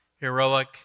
heroic